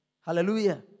Hallelujah